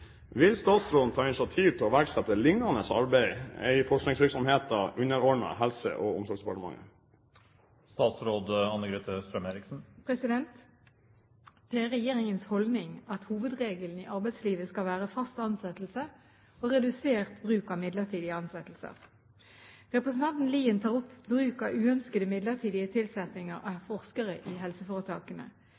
Vil statsråden ta initiativ til å iverksette et lignende arbeid i forskningsvirksomhetene underordnet Helse- og omsorgsdepartementet?» Det er regjeringens holdning at hovedregelen i arbeidslivet skal være fast ansettelse og redusert bruk av midlertidig ansettelse. Representanten Lien tar opp bruk av uønskede midlertidige tilsettinger av forskere i helseforetakene.